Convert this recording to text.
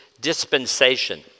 dispensation